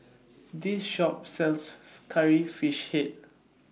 This Shop sells Curry Fish Head